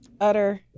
utter